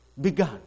began